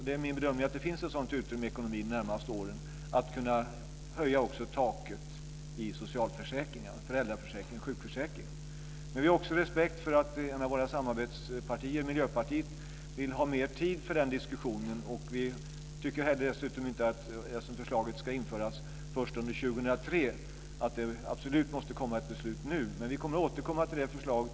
Det är min bedömning att det finns ett sådant utrymme i ekonomin under de närmaste åren att vi ska kunna höja också taket i socialförsäkringarna, i föräldraförsäkringen och sjukförsäkringen. Men vi har också respekt för att ett av våra samarbetspartier, Miljöpartiet, vill ha mer tid för den diskussionen. Och eftersom detta enligt förslaget ska införas först under 2003 så tycker vi dessutom inte att det absolut måste komma ett beslut nu. Men vi kommer att återkomma till det förslaget.